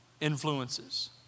influences